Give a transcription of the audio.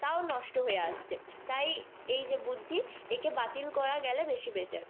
তাও নষ্ট হয়ে আসছে তাই এই যে বুদ্ধি একে বাতিল করা গেলে বেশি বেটার